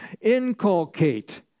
inculcate